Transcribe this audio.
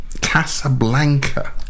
Casablanca